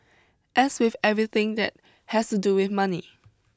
as with everything that has to do with money